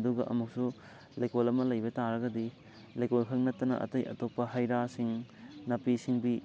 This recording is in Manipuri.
ꯑꯗꯨꯒ ꯑꯃꯨꯛꯁꯨ ꯂꯩꯀꯣꯜ ꯑꯃ ꯂꯩꯕ ꯇꯥꯔꯒꯗꯤ ꯂꯩꯀꯣꯜ ꯈꯛ ꯅꯠꯇꯅ ꯑꯇꯩ ꯑꯇꯣꯞꯄ ꯍꯩ ꯔꯥꯁꯤꯡ ꯅꯥꯄꯤ ꯁꯤꯡꯕꯤ